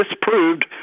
disproved